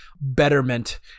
betterment